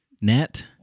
net